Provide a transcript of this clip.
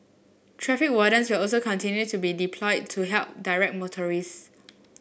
traffic wardens will also continue to be deployed to help direct motorist